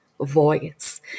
voice